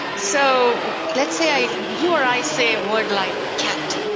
so let's say you or i say a word like cat.